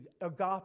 agape